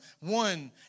One